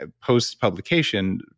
post-publication